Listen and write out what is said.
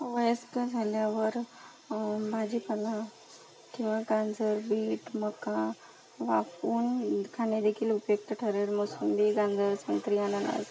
वयस्क झाल्यावर भाजीपाला किंवा गांजर बीट मका वाफवून खानेदेखील उपयुक्त ठरेल मोसंबी गांजर संत्री अननस